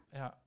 ja